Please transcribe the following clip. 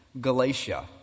Galatia